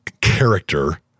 character